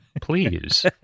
please